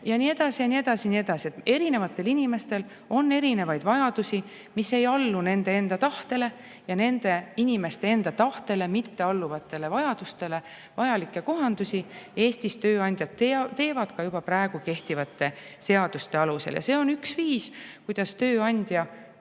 ja nii edasi. Erinevatel inimestel on erinevaid vajadusi, mis ei allu nende enda tahtele, ja nende inimeste enda tahtele mitte alluvatele vajadustele vajalikke kohandusi Eestis tööandjad teevad ka juba praegu kehtivate seaduste alusel. See on üks viis, kuidas tööandja kaitseb